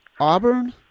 Auburn